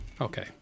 Okay